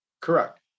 Correct